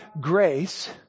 grace